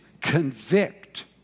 convict